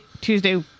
Tuesday